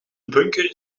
bunker